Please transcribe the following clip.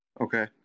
Okay